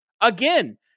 again